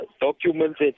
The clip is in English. documents